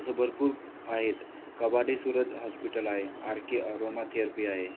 असं भरपूर आहेत कबाडे सुरज हॉस्पिटल आहे आर के अरोमाथेरपी आहे